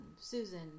Susan